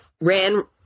ran